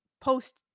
post –